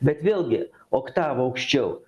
bet vėlgi oktava aukščiau